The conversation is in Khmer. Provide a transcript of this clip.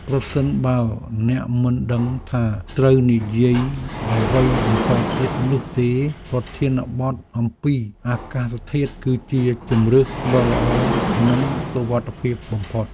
ប្រសិនបើអ្នកមិនដឹងថាត្រូវនិយាយអ្វីបន្តទៀតនោះទេ ប្រធានបទអំពីអាកាសធាតុគឺជាជម្រើសដ៏ល្អនិងសុវត្ថិភាពបំផុត។